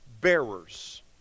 bearers